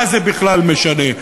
מה זה בכלל משנה?